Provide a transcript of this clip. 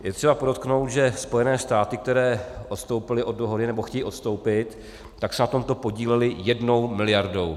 Je třeba podotknout, že Spojené státy, které odstoupily od dohody, nebo chtějí odstoupit, se na tomto podílely jednou miliardou.